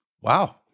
Wow